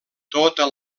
tota